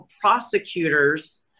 prosecutors